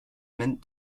meant